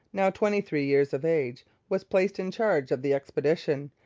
now twenty-three years of age, was placed in charge of the expedition,